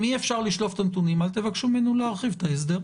אם אי אפשר לשלוף את הנתונים אל תבקשו מאיתנו להרחיב את ההסדר.